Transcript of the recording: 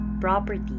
property